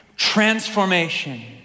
transformation